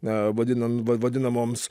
na vadinam vadinamoms